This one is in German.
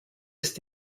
ist